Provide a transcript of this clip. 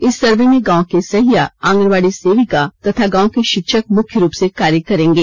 इस सर्वे में गांव के सहिया आंगनबाड़ी सेविका तथा गांव के शिक्षक मुख्य रूप से कार्य करेंगे